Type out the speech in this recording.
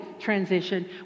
transition